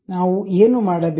ನಾವು ಏನು ಮಾಡಬೇಕು